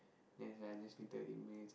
then is like I just literally